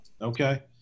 Okay